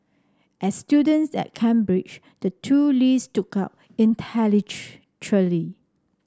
as students at Cambridge the two Lees stood out